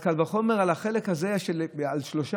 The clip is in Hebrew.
אז קל וחומר על החלק הזה על שלושה,